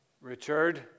Richard